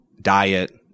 diet